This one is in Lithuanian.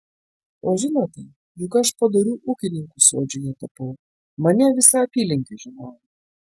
o žinote juk aš padoriu ūkininku sodžiuje tapau mane visa apylinkė žinojo